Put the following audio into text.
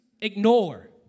Ignore